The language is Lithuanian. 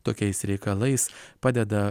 tokiais reikalais padeda